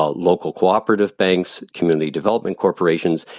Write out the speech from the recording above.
ah local cooperative banks, community development corporations.